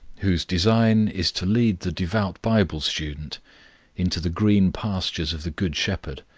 whose design is to lead the devout bible-student into the green pastures of the good shepherd,